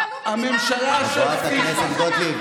ניהלו מדינה, חברת הכנסת גוטליב.